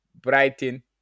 Brighton